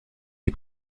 les